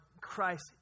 Christ